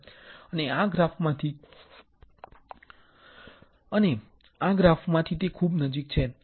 અને આ ગ્રાફ માંથી તે ખૂબ નજીક છે